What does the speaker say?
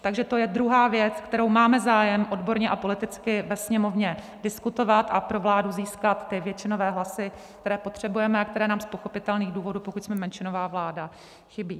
Takže to je druhá věc, kterou máme zájem odborně a politicky ve Sněmovně diskutovat a pro vládu získat většinové hlasy, které potřebujeme a které nám z pochopitelných důvodů, pokud jsme menšinová vláda, chybí.